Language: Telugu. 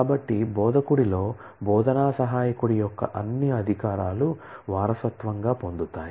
కాబట్టి బోధకుడిలో బోధనా సహాయకుడి యొక్క అన్ని అధికారాలు వారసత్వంగా పొందుతాయి